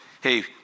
hey